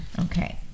Okay